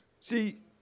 See